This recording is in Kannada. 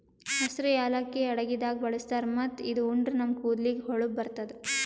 ಹಸ್ರ್ ಯಾಲಕ್ಕಿ ಅಡಗಿದಾಗ್ ಬಳಸ್ತಾರ್ ಮತ್ತ್ ಇದು ಉಂಡ್ರ ನಮ್ ಕೂದಲಿಗ್ ಹೊಳಪ್ ಬರ್ತದ್